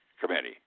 Committee